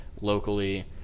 locally